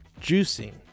Juicing